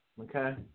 okay